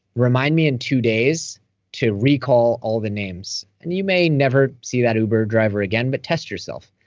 remind me in two days to recall all the names. and you may never see that uber driver again, but test yourself,